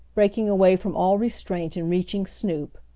breaking away from all restraint and reaching snoop.